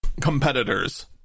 competitors